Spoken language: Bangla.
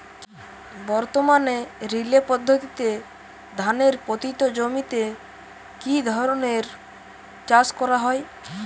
বর্তমানে রিলে পদ্ধতিতে ধানের পতিত জমিতে কী ধরনের চাষ করা হয়?